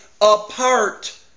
apart